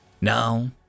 Now